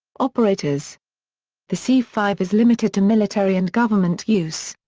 operators the c five is limited to military and government use.